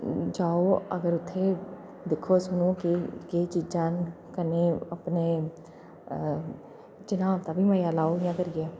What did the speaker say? जाओ इत्थें दिक्खो सुनो कि केह् चीज़ां न कन्नै अपने चन्हांऽ दा बी मज़ा लैओ इ'यां करियै